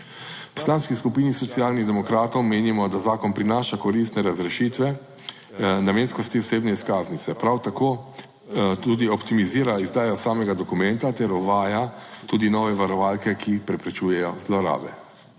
V Poslanski skupini Socialnih demokratov menimo, da zakon prinaša koristne razrešitve namenskosti osebne izkaznice. Prav tako tudi optimizira izdajo samega dokumenta ter uvaja tudi nove varovalke, ki preprečujejo zlorabe.